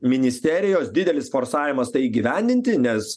ministerijos didelis forsavimas tai įgyvendinti nes